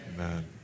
Amen